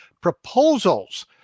proposals